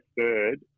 third